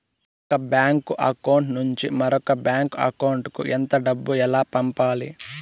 ఒక bank account నుంచి మరొక బ్యాంకు అకౌంట్ కు ఎంత డబ్బు ఎలా పంపాలి